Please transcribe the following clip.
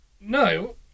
no